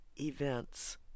events